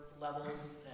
levels